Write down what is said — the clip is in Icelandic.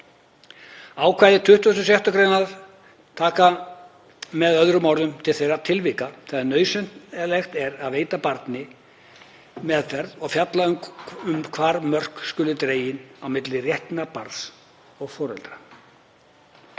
Ákvæði 26. gr. taka með öðrum orðum til þeirra tilvika þegar nauðsynlegt er að veita barni meðferð og fjalla um hvar mörk skuli dregin á milli réttinda barns og foreldra.